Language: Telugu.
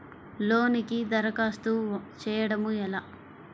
లోనుకి దరఖాస్తు చేయడము ఎలా?